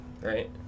right